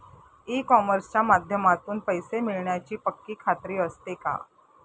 E कॉमर्सच्या माध्यमातून पैसे मिळण्याची पक्की खात्री असते का?